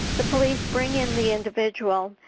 the police bring in the individual,